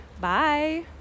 bye